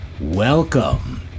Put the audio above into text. Welcome